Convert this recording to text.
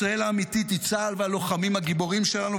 ישראל האמיתית היא צה"ל והלוחמים הגיבורים שלנו,